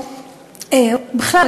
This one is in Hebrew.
בכלל,